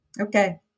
Okay